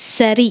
சரி